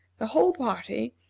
the whole party,